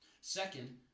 Second